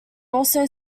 also